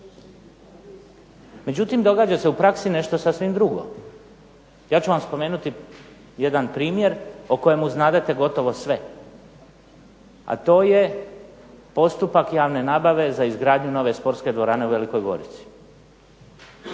Međutim, događa se u praksi nešto sasvim drugo. Ja ću vam spomenuti jedan primjer o kojemu znadete gotovo sve a to je postupak javne nabave za izgradnju nove sportske dvorane u Velikoj Gorici.